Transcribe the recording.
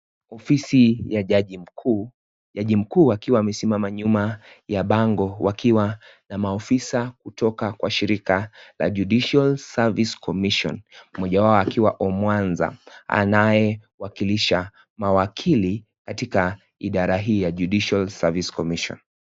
Ofisi ya jaji mkuu, jaji mkuu akiwa amesimama nyuma ya bango wakiwa na ma ofisa kutoka kwa shirika la judicial service commission .Mmoja wao akiwa Omwanza anayewakilisha ma wakili katika idara hii ya judicial service commission.